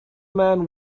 man